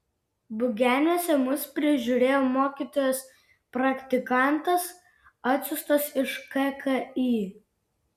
bugeniuose mus prižiūrėjo mokytojas praktikantas atsiųstas iš kki